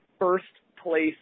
first-place